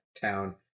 town